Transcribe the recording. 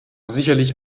sicherlich